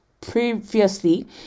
previously